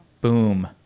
boom